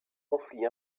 conflit